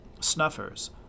snuffers